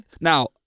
now